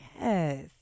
Yes